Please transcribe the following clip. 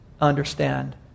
Understand